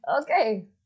Okay